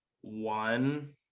one